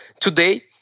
Today